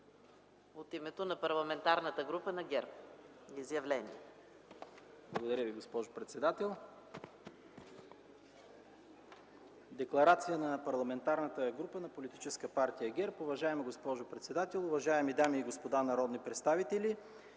от името на Парламентарната група на ГЕРБ. ТОДОР ДИМИТРОВ (ГЕРБ): Благодаря Ви, госпожо председател. „ДЕКЛАРАЦИЯ на Парламентарната група на Политическа партия ГЕРБ Уважаема госпожо председател, уважаеми дами и господа народни представители!